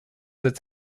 its